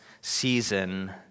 season